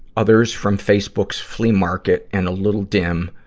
others from facebook's flea market and a little dim,